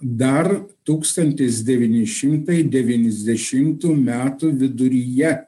dar tūkstantis devyni šimtai devyniasdešimtų metų viduryje